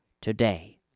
today